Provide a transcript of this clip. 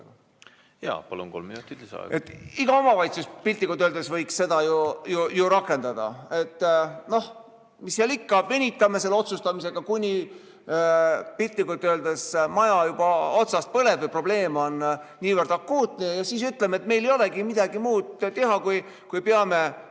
Jaa, palun, kolm minutit lisaaega. ... iga omavalitsus piltlikult öeldes võiks seda ju rakendada. Et noh, mis seal ikka, venitame otsustamisega, kuni piltlikult öeldes maja juba otsast põleb või probleem on akuutne, siis ütleme, et meil ei olegi midagi muud teha, kui peame